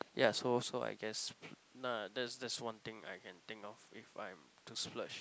ya so so I guess yeah that's that's one thing I can think of if I am to splurge